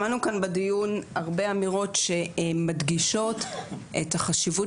שמענו כאן בדיון הרבה אמירות שמדגישות את החשיבות